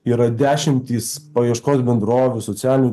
yra dešimtys paieškos bendrovių socialinių